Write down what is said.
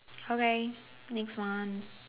okay next one